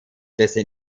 dessen